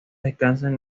descansan